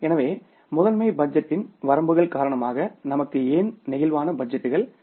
எனவே முதன்மை பட்ஜெட்டின் வரம்புகள் காரணமாக நமக்கு ஏன் பிளேக்சிபிள் பட்ஜெட்டுகள் தேவை